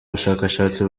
bushakashatsi